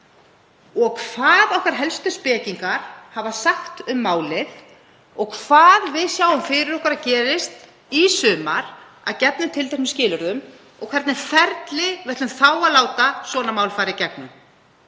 hvað okkar helstu spekingar hafa sagt um málið og hvað við sjáum fyrir okkur að gerist í sumar að gefnum tilteknum skilyrðum og hvernig ferli við ætlum þá að láta svona mál fara í gegnum.